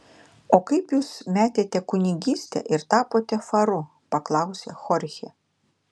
o kaip jūs metėte kunigystę ir tapote faru paklausė chorchė